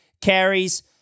carries